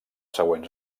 següents